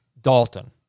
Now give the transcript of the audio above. Dalton